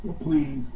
please